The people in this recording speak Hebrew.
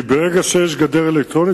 כי ברגע שיש גדר אלקטרונית,